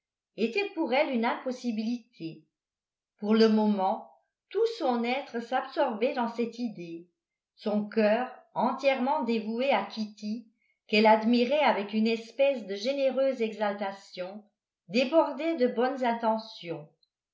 abstrait était pour elle une impossibilité pour le moment tout son être s'absorbait dans cette idée son cœur entièrement dévoué à kitty qu'elle admirait avec une espèce de généreuse exaltation débordait de bonnes intentions